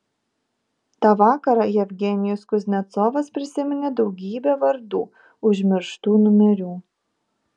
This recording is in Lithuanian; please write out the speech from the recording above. tą vakarą jevgenijus kuznecovas prisiminė daugybė vardų užmirštų numerių